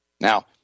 Now